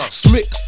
slick